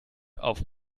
auf